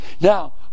Now